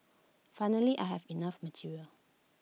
finally I have enough material